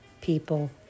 people